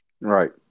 Right